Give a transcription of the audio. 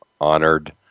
honored